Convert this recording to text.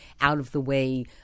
out-of-the-way